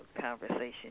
conversation